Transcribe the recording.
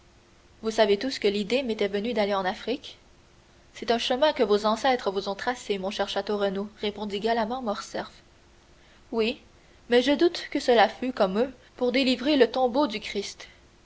vous savez tous que l'idée m'était venue d'aller en afrique c'est un chemin que vos ancêtres vous ont tracé mon cher château renaud répondit galamment morcerf oui mais je doute que cela fût comme eux pour délivrer le tombeau du christ